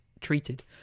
treated